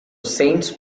saints